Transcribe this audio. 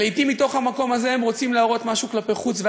ולעתים מתוך המקום הזה הם רוצים להראות משהו כלפי חוץ,